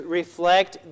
reflect